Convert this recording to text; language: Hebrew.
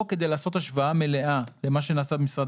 פה כדי לעשות השוואה מלאה למה שנעשה במשרד